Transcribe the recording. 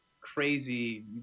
crazy